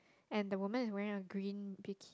and the woman is wearing a green bikini